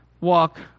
walk